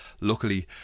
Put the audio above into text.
luckily